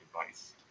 advice